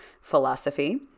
philosophy